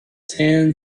tan